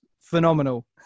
phenomenal